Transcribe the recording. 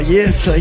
Yes